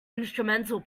instrumental